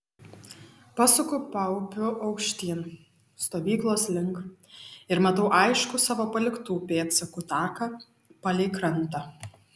pasuku paupiu aukštyn stovyklos link ir matau aiškų savo paliktų pėdsakų taką palei krantą